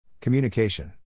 Communication